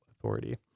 authority